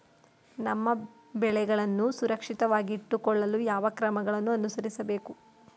ನಮ್ಮ ಬೆಳೆಗಳನ್ನು ಸುರಕ್ಷಿತವಾಗಿಟ್ಟು ಕೊಳ್ಳಲು ಯಾವ ಕ್ರಮಗಳನ್ನು ಅನುಸರಿಸಬೇಕು?